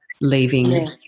leaving